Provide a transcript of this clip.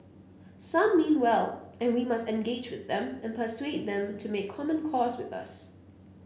some mean well and we must engage with them and persuade them to make common cause with us